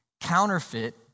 counterfeit